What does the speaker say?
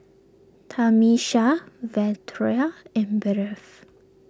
Tamisha Valeria and Bev